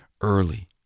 early